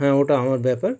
হ্যাঁ ওটা আমার ব্যাপার